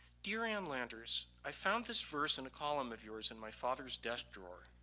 dear ann landers, i found this verse in a column of yours in my father's desk drawer.